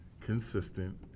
consistent